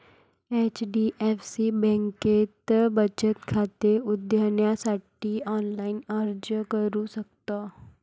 HDFC बँकेत बचत खाते उघडण्यासाठी ऑनलाइन अर्ज करू शकता